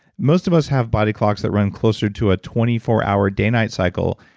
most of us have body clocks that run closer to a twenty four hour day-night cycle,